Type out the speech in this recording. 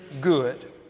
good